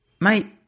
mate